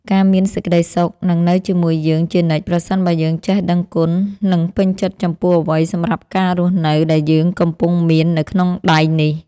ការមានសេចក្ដីសុខនឹងនៅជាមួយយើងជានិច្ចប្រសិនបើយើងចេះដឹងគុណនិងពេញចិត្តចំពោះអ្វីសម្រាប់ការរស់នៅដែលយើងកំពុងមាននៅក្នុងដៃនេះ។